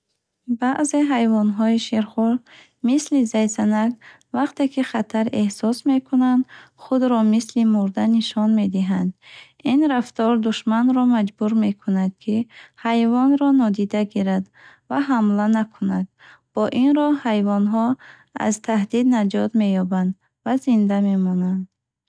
Баъзе ҳайвонҳои ширхӯр мисли зайсанак вақте ки хатар эҳсос мекунанд, худро мисли мурда нишон медиҳанд. Ин рафтор душманро маҷбур мекунад, ки ҳайвонро нодида гирад ва ҳамла накунад. Бо ин роҳ, ҳайвонҳо аз таҳдид наҷот меёбанд ва зинда мемонанд.